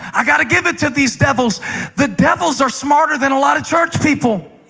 i got to give it to these devils the devils are smarter than a lot of church people